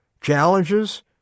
challenges